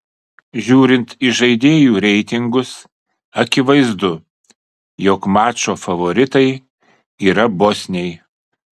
žiūrint į žaidėjų reitingus akivaizdu jog mačo favoritai yra bosniai